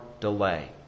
delay